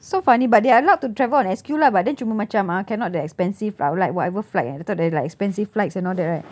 so funny but they are allowed to travel on S_Q lah but then macam ah cannot the expensive uh like whatever flight eh kau tahu dari like expensive flights and all that right